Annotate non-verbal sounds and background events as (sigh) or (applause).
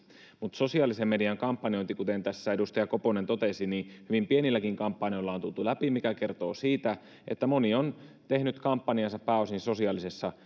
mutta sosiaalisen median kampanjointi kuten tässä edustaja koponen totesi niin pienilläkin kampanjoilla on tultu läpi mikä kertoo siitä että moni on tehnyt kampanjansa pääosin sosiaalisessa (unintelligible)